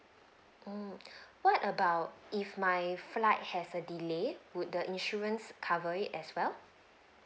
um what about if my flight has a delay would the insurance cover it as well